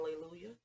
Hallelujah